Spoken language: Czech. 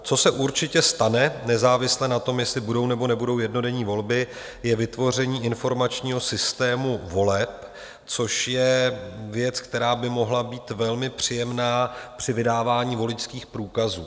Co se určitě stane nezávisle na tom, jestli budou, nebo nebudou jednodenní volby, je vytvoření informačního systému voleb, což je věc, která by mohla být velmi příjemná při vydávání voličských průkazů.